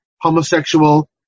homosexual